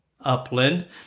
Upland